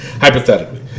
Hypothetically